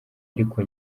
ariko